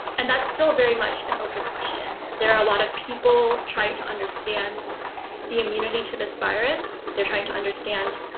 and that's still very much an open question. there are a lot of people trying to understand the immunity to this virus, they're trying to understand,